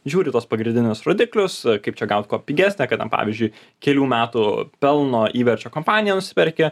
žiūri į tuos pagrindinius rodiklius kaip čia gaut kuo pigesnę kad ten pavyzdžiui kelių metų pelno įverčio kompaniją nusiperki